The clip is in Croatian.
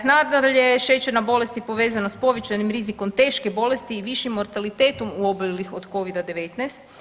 Nadalje, šećerna bolest je povezana s povećanim rizikom teške bolesti i višim mortalitetom u oboljelih od covida-19.